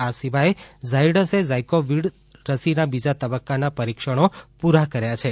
આ સિવાય ઝાયડસે ઝાયકોવિ ડી રસીના બીજા તબક્કાના પરીક્ષણો પૂરા કર્યા છે